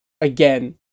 again